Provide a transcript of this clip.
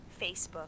Facebook